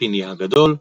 "פיני הגדול",